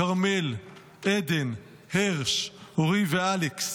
כרמל, עדן, הרש, אורי ואלכס.